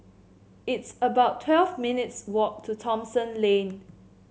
it's about twelve minutes' walk to Thomson Lane